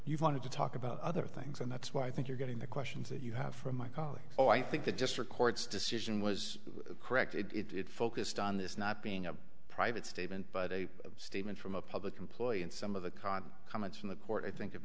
you've wanted to talk about other things and that's why i think you're getting the questions that you have from my colleagues so i think the gist records decision was correct it it focused on this not being a private statement but a statement from a public employee and some of the con comments from the court i think